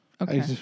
Okay